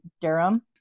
Durham